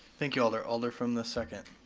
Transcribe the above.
thank you alder, alder from the second.